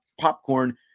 popcorn